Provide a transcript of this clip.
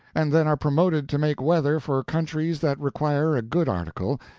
and then are promoted to make weather for countries that require a good article,